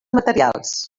materials